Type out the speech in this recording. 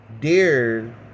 deer